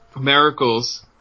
Miracles